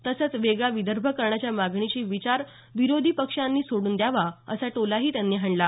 तसंच वेगळा विदर्भ करण्याच्या मागणीचा विचार विरोधी पक्षीयांनी सोडून द्यावा असा टोलाही त्यांनी हाणला